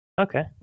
Okay